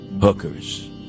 Hookers